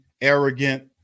arrogant